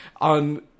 on